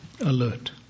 alert